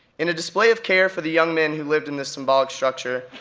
in a display of care for the young men who lived in this symbolic structure,